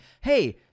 hey